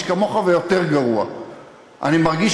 רגע,